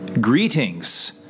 Greetings